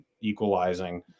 equalizing